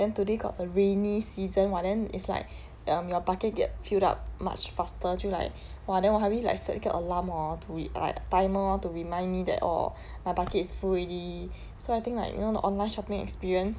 then today got a rainy season !wah! then is like um your bucket get filled up much faster 就 like !wah! then 我还会 like set 一个 alarm hor to re~ like timer lor to remind me that oh my bucket is full already so I think like you know the online shopping experience